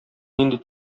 нинди